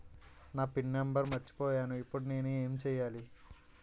నా pin number మర్చిపోయాను ఇప్పుడు నేను ఎంచేయాలి?